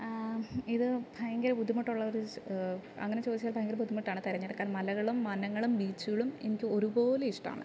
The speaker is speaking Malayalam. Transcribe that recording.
ഇത് ഭയങ്കര ബുദ്ധിമുട്ടുള്ള ഒരു അങ്ങനെ ചോദിച്ചാൽ ഭയങ്കര ബുദ്ധിമുട്ടാണ് തെരഞ്ഞെടുക്കാൻ മലകളും വനങ്ങളും ബീച്ചുകളും എനിക്ക് ഒരുപോലെ ഇഷ്ടമാണ്